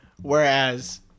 Whereas